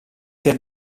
per